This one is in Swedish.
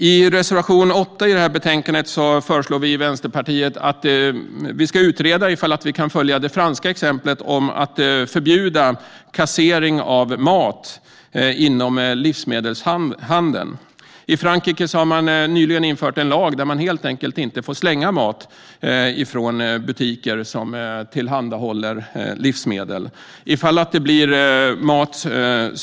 I reservation 8 i betänkandet föreslår vi i Vänsterpartiet att vi ska utreda om vi kan följa det franska exemplet att förbjuda kassering av mat inom livsmedelshandeln. I Frankrike har man nyligen infört en lag som innebär att butiker som tillhandahåller livsmedel helt enkelt inte får slänga mat.